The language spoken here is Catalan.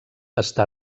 està